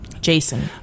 Jason